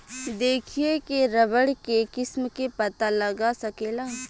देखिए के रबड़ के किस्म के पता लगा सकेला